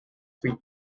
free